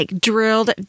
drilled